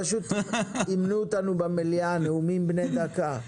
פשוט אימנו אותנו במליאה, נאומים בני דקה.